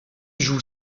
joue